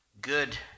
good